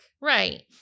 Right